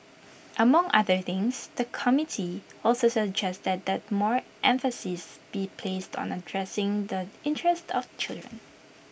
among other things the committee also suggested that more emphasis be placed on addressing the interest of children